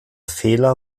fehler